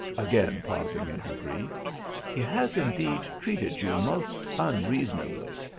again pausing in her grief he has indeed treated you most unreasonably.